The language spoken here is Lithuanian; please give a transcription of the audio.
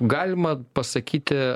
galima pasakyti